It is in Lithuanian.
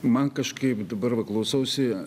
man kažkaip dabar va klausausi